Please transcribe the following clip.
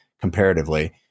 comparatively